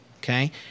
okay